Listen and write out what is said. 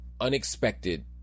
unexpected